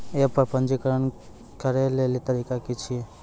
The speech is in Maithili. एप्प पर पंजीकरण करै लेली तरीका की छियै?